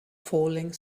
falling